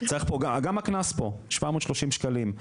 גם הקנס פה 730 שקלים.